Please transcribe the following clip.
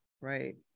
right